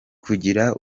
kugira